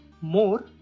more